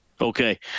Okay